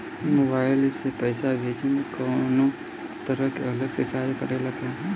Mobile से पैसा भेजे मे कौनों तरह के अलग से चार्ज कटेला का?